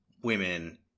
women